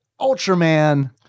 Ultraman